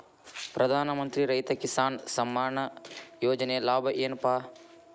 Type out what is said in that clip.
ಪ್ರಧಾನಮಂತ್ರಿ ರೈತ ಕಿಸಾನ್ ಸಮ್ಮಾನ ಯೋಜನೆಯ ಲಾಭ ಏನಪಾ?